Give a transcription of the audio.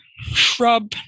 shrub